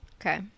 Okay